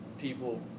people